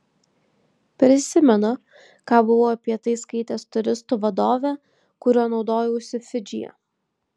prisimenu ką buvau apie tai skaitęs turistų vadove kuriuo naudojausi fidžyje